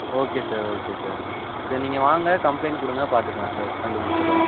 okay sir okay sir சரி நீங்கள் வாங்க கம்ப்ளைண்ட் கொடுங்க பார்த்துக்கலாம் சார் கண்டுபிடிச்சிடலாம்